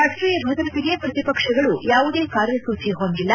ರಾಷ್ಷೀಯ ಭದ್ರತೆಗೆ ಪ್ರತಿಪಕ್ಷಗಳು ಯಾವುದೇ ಕಾರ್ಯಸೂಚಿ ಹೊಂದಿಲ್ಲ